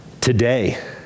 today